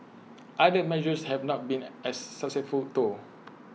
other measures have not been as successful though